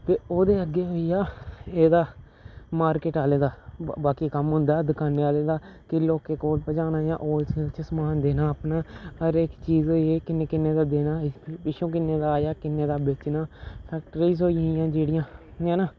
ते ओह्दे अग्गें होई गेआ एह्दा मार्किट आह्ले दा बाकी कम्म होंदा ऐ दकाने आह्ले दा कि लोकें कोल पजाना जां होलसेल च सामान देना अपने हर इक चीज होई गे किन्ने किन्ने दा देना पिच्छुं किन्ने दा आया किन्ने दा बेचना फैक्टरीज होई गेइयां जेह्ड़िया हैना